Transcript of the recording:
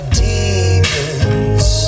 demons